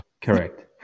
Correct